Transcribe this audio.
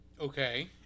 Okay